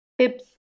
tips